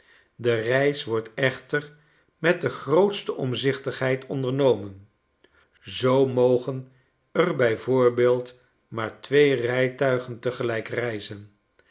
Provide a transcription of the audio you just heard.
de reis wordt echter met de grootste omzichtigheid ondernomen zoo mogen er bij voorbeeld maar twee rijtuigen tegelijk reizen